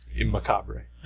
Macabre